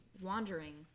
wandering